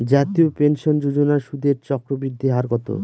জাতীয় পেনশন যোজনার সুদের চক্রবৃদ্ধি হার কত?